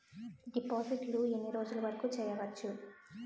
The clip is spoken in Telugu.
డిపాజిట్లు ఎన్ని రోజులు వరుకు చెయ్యవచ్చు?